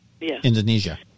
Indonesia